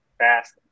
fast